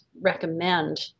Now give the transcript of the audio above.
recommend